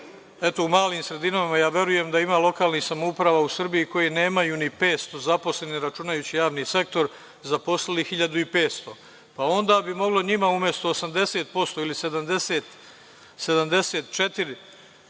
eto u malim sredinama ja verujem da ima lokalnih samouprava u Srbiji koje nemaju ni 500 zaposlenih, računajući javni sektor, zaposlili 1.500. Pa, onda bi moglo njima umesto 80% ili 74%,